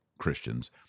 Christians